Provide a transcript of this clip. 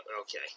okay